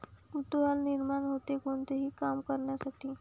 कुतूहल निर्माण होते, कोणतेही काम करण्यासाठी